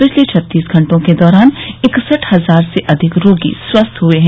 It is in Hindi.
पिछले छत्तीस घंटों के दौरान इकसठ हजार से अधिक रोगी स्वस्थ हए हैं